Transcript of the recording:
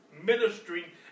ministry